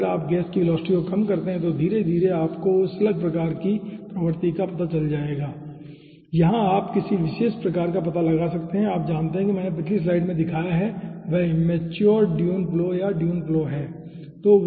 और अगर आप गैस की वेलोसिटी को कम करते हैं तो धीरे धीरे धीरे धीरे आपको उस स्लग प्रकार की प्रवर्ति का पता चल जाएगा और यहां आप किसी विशेष प्रकार का पता लगा सकते हैं आप जानते हैं जो मैंने पिछली स्लाइड में दिखाया है वह इम्मेचोर ड्यून फ्लो या ड्यून फ्लो है